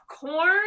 corn